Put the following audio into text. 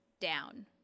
down